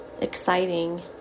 exciting